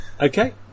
okay